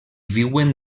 viuen